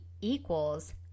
equals